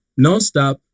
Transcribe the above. nonstop